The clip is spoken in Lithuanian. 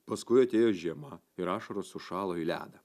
paskui atėjo žiema ir ašaros sušalo į ledą